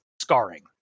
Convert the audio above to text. scarring